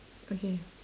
okay